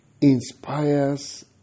inspires